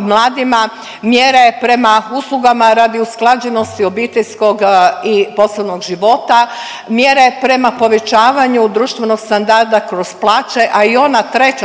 mladima, mjere prema uslugama radi usklađenosti obiteljskog i poslovnog života, mjere prema povećavanju društvenog standarda kroz plaće, a i ona treća